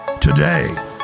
Today